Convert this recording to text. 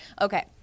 Okay